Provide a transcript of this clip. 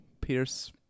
Pierce